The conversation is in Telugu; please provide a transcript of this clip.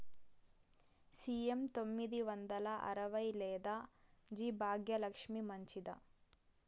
సి.ఎం తొమ్మిది వందల అరవై లేదా జి భాగ్యలక్ష్మి మంచిదా?